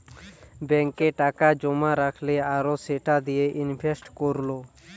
ব্যাংকে টাকা জোমা রাখলে আর সেটা দিয়ে ইনভেস্ট কোরলে